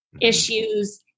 issues